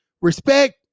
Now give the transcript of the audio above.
respect